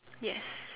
yes